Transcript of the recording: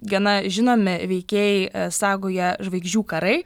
gana žinomi veikėjai sagoje žvaigždžių karai